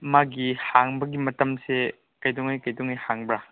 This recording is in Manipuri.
ꯃꯥꯒꯤ ꯍꯥꯡꯕꯒꯤ ꯃꯇꯝꯁꯦ ꯀꯩꯗꯧꯉꯩ ꯀꯩꯗꯧꯉꯩ ꯍꯥꯡꯕ꯭ꯔꯥ